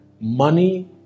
money